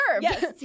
Yes